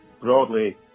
Broadly